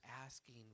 asking